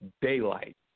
daylight